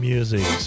Music